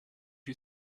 you